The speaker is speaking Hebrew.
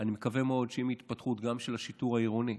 אני מקווה מאוד שעם ההתפתחות של השיטור העירוני,